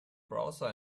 browser